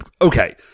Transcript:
Okay